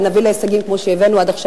ונביא להישגים כמו שהבאנו עד עכשיו